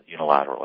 unilaterally